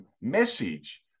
message